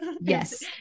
Yes